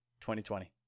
2020